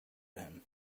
him